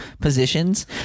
positions